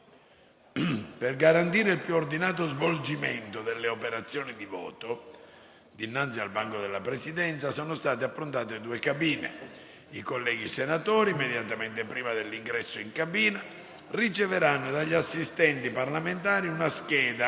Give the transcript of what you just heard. Per garantire il più ordinato svolgimento delle operazioni di voto, dinanzi al banco della Presidenza sono state approntate due cabine. I colleghi senatori, immediatamente prima dell'ingresso in cabina, riceveranno dagli assistenti parlamentari una scheda